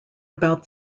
about